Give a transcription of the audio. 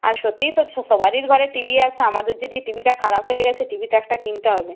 আর সত্যিই তো সবাইয়ের ঘরে টি ভি আছে আমাদের যদি টি ভিটা খারাপ হয়ে গেছে টি ভি তো একটা কিনতে হবে